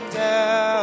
down